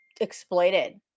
exploited